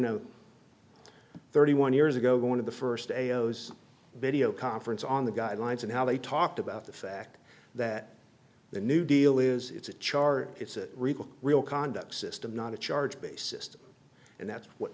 know thirty one years ago one of the first ayos video conference on the guidelines and how they talked about the fact that the new deal is it's a char it's a real conduct system not a charge based system and that's what